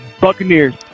Buccaneers